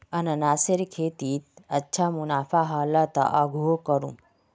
अनन्नासेर खेतीत अच्छा मुनाफा ह ल पर आघुओ करमु